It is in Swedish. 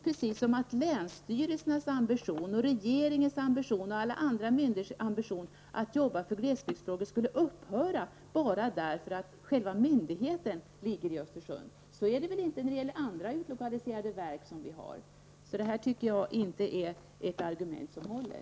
Det verkar som om länsstyrelsernas ambition, regeringens ambition och alla andra myndigheters ambition att jobba med glesbygdsfrågorna skulle upphöra bara därför att själva myndigheten ligger i Östersund. Så är det väl inte när det gäller andra utlokaliserade verk? Jag tycker inte att detta är ett argument som håller.